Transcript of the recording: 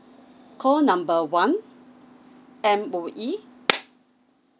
call number one M_O_E